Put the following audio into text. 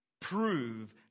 prove